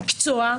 המקצוע,